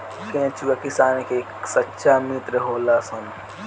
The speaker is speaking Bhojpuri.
केचुआ किसान के सच्चा मित्र होलऽ सन